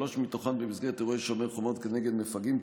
שלוש מתוכן במסגרת אירועי שומר החומות כנגד מפגעים,